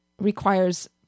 requires